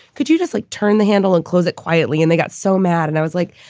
could you just like, turn the handle and close it quietly? and they got so mad. and i was like,